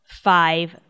five